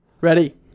Ready